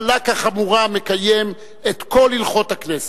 קלה כחמורה מקיים את כל הלכות הכנסת.